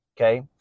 okay